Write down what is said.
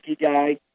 guy